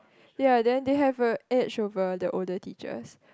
ya then they have a edge over the older teachers